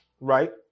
right